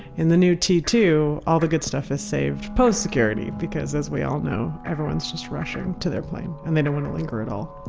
in the new t two, all the good stuff is saved post-security because, as we all know, everyone's just rushing to their plane and they don't want to linger at all.